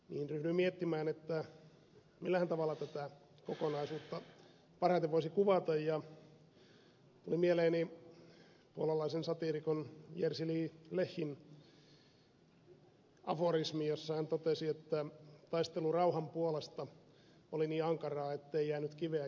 ryhdyin miettimään millähän tavalla tätä kokonaisuutta parhaiten voisi kuva ta ja tuli mieleeni puolalaisen satiirikon jerzy lecin aforismi jossa hän totesi että taistelu rauhan puolesta oli niin ankaraa ettei jäänyt kiveä kiven päälle